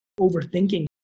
overthinking